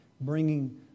bringing